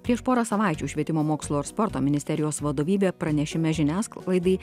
prieš porą savaičių švietimo mokslo ir sporto ministerijos vadovybė pranešime žiniasklaidai